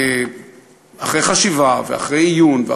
אחרי חשיבה ואחרי עיון,